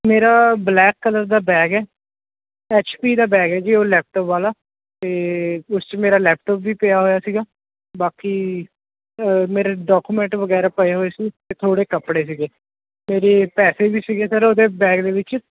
ਮੇਰਾ black colour ਦਾ bag ਹੈ ਐਚ ਪੀ ਦਾ ਬੈਗ ਹੈ ਜੀ ਉਹ ਲੈਪਟੋਪ ਵਾਲਾ ਅਤੇ ਉਸ 'ਚ ਮੇਰਾ ਲੈਪਟੋਪ ਵੀ ਪਿਆ ਹੋਇਆ ਸੀਗਾ ਬਾਕੀ ਅ ਮੇਰੇ ਡਾਕੂਮੈਂਟ ਵਗੈਰਾ ਪਏ ਹੋਏ ਸੀ ਅਤੇ ਥੋੜ੍ਹੇ ਕੱਪੜੇ ਸੀਗੇ ਮੇਰੇ ਪੈਸੇ ਵੀ ਸੀਗੇ ਸਰ ਉਹਦੇ ਬੈਗ ਦੇ ਵਿੱਚ